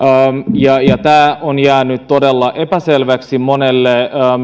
ja ja tämä on jäänyt todella epäselväksi monelle